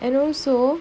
ya and also